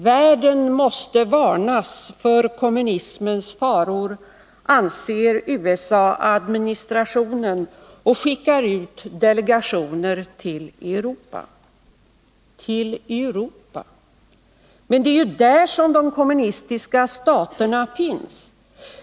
Världen måste varnas för kommunismens faror, anser USA-administrationen och skickar ut delegationer till Europa. Till Europa? Men det är ju där som de kommunistiska staterna finns.